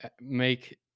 make